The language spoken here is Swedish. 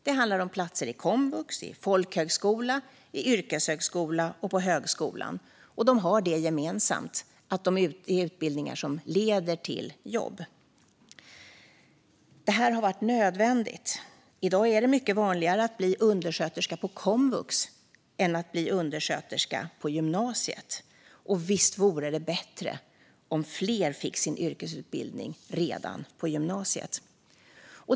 Det handlar om platser på komvux, folkhögskola, yrkeshögskola och högskola. Gemensamt för dessa är att det är utbildningar som leder till jobb. Det här har varit nödvändigt. I dag är det mycket vanligare att bli undersköterska på komvux än att bli undersköterska på gymnasiet. Men visst vore det bättre om fler fick sin yrkesutbildning redan på gymnasiet.